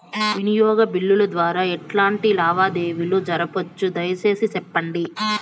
వినియోగ బిల్లుల ద్వారా ఎట్లాంటి లావాదేవీలు జరపొచ్చు, దయసేసి సెప్పండి?